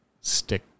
stick